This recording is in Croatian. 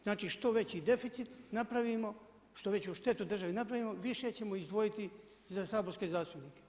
Znači što veći deficit napravimo, što veću štetu državi napravimo više ćemo izdvojiti za saborske zastupnike.